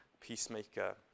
peacemaker